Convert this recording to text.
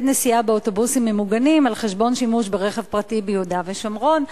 נסיעה באוטובוסים ממוגנים על חשבון שימוש ברכב פרטי ביהודה ושומרון.